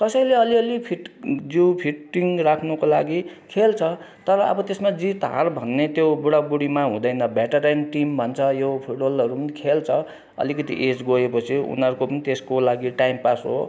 कसैले अलि अलि फिट जिउ फिटिङ राख्नको लागि खेल्छ तर अब त्यसमा जित हार भन्ने त्यो बुढाबुढीमा हुँदैन भेटारेन टिम भन्छ यो फुटबलहरू खेल्छ अलिकति एज गएपछि उनीहरूको पनि त्यसको लागि टाइम पास हो